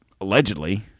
allegedly